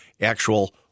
actual